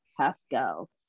Pascal